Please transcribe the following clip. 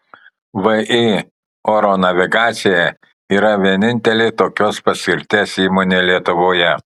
vį oro navigacija yra vienintelė tokios paskirties įmonė lietuvoje